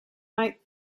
might